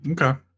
Okay